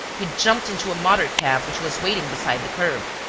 he jumped into a motor-cab which was waiting beside the curb.